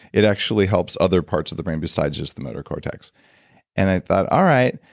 it actually helps other parts of the brain besides just the motor cortex and i thought, all right.